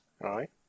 right